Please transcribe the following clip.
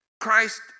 Christ